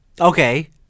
okay